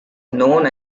known